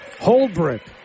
Holbrook